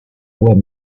voix